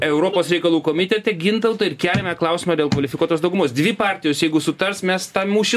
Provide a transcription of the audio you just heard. europos reikalų komitete gintautai ir keliame klausimą dėl kvalifikuotos daugumos dvi partijos jeigu sutars mes tą mūšį